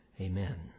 Amen